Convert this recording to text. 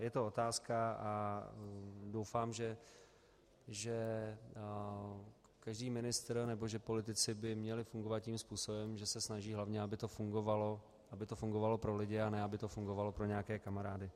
Je to otázka, a doufám, že každý ministr, nebo že politici by měli fungovat tím způsobem, že se hlavně snaží, aby to fungovalo, aby to fungovalo pro lidi, a ne aby to fungovalo pro nějaké kamarády.